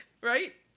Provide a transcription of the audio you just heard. Right